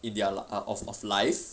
in their of of life